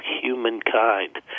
humankind